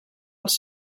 els